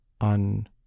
on